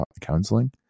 counseling